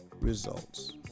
results